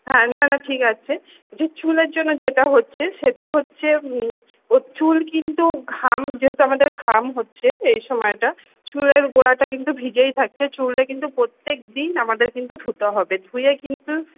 হ্যাঁ না না ঠিক আছে চুলের জন্য যেটা হচ্ছে সেটা হচ্ছে ওর চুল কিন্তু ঘাম যেহেতু আমাদের ঘাম হচ্ছে এই সময়টা চুলের গোড়াটা কিন্তু ভিজেই থাকছে চুলটা কিন্তু প্রত্যেক দিন আমাদের কিন্তু ধুতে হবে ধুয়ে কিন্তু